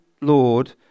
Lord